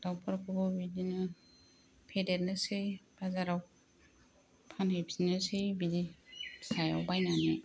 दाउफोरखौ बो बिदिनो फेदेरनोसै बाजाराव फानहैफिनसै बिदिनो जायो फिसायाव बायनानै